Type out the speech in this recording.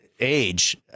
age